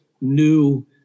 new